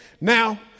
now